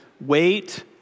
wait